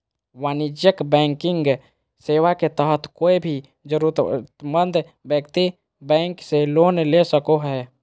वाणिज्यिक बैंकिंग सेवा के तहत कोय भी जरूरतमंद व्यक्ति बैंक से लोन ले सको हय